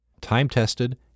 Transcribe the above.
time-tested